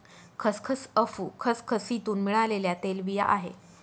खसखस अफू खसखसीतुन मिळालेल्या तेलबिया आहे